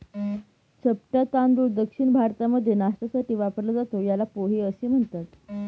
चपटा तांदूळ दक्षिण भारतामध्ये नाष्ट्यासाठी वापरला जातो, याला पोहे असं म्हणतात